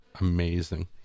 amazing